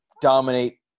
dominate